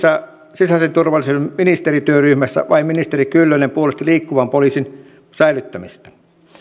sisäisen turvallisuuden ministerityöryhmässä vain ministeri kyllönen puolusti liikkuvan poliisin säilyttämistä